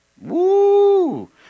Woo